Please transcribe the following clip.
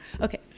Okay